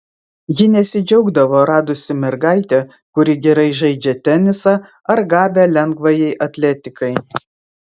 ji nesidžiaugdavo radusi mergaitę kuri gerai žaidžia tenisą ar gabią lengvajai atletikai